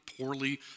poorly